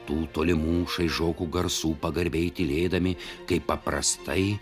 tų tolimų šaižokų garsų pagarbiai tylėdami kaip paprastai